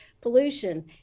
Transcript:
pollution